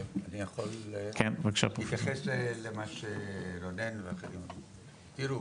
להתייחס למה שרונן והאחרים אמרו,